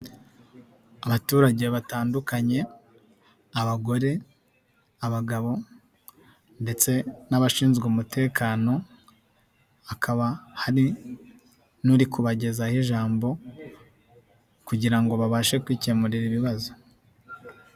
Abaturage batandukanye abagore, abagabo ndetse n'abashinzwe umutekano, hakaba hari n'uri kubagezaho ijambo kugira ngo babashe kwikemurira ibibazo.